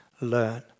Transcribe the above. learn